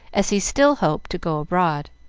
as he still hoped to go abroad.